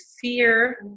fear